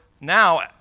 now